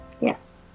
Yes